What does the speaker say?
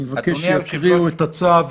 אני מבקש שיקריאו את הצו.